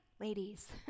ladies